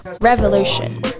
revolution